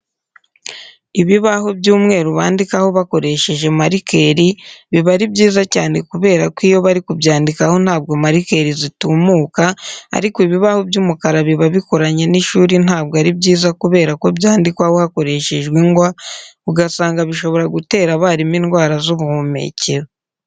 Ibibaho by'umweru bandikaho bakoresheje marikeri biba ari byiza cyane kubera ko iyo bari kubyandikaho ntabwo marikeri zitumuka ariko ibibaho by'umukara biba bikoranye n'ishuri ntabwo ari byiza kubera ko byandikwaho hakoreshejwe ingwa, ugasanga bishobora gutera abarimu indwara z'ubuhumekero.